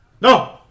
No